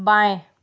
बाएँ